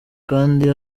kandi